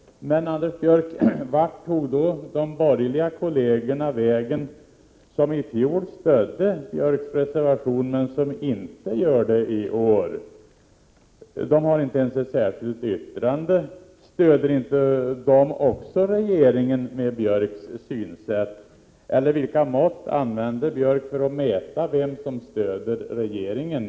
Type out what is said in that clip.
Men, Anders Björck, vart tog då de borgerliga kolleger vägen som ii fjol stödde Anders Björcks reservation men som inte gör det i år? De har inte ens avgivit något särskilt yttrande. Stöder inte också de regeringen, med Anders Björcks synsätt? Eller vilka mått använder Björck för att mäta vem som stöder regeringen?